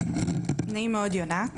נעים מאוד, יונת